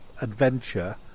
adventure